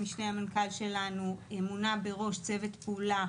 המשנה למנכ"ל שלנו מונה בראש צוות פעולה